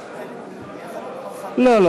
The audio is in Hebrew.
לא,